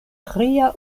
tria